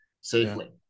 safely